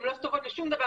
הן לא טובות לשום דבר,